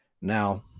Now